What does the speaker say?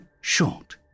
short